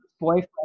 boyfriend